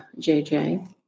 JJ